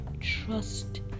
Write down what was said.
Trust